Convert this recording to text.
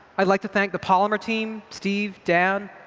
i'd like to thank the polymer team, steve, dan,